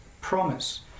promise